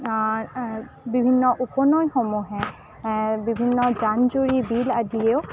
বিভিন্ন উপনৈসমূহে বিভিন্ন জান জুৰি বিল আদিয়েও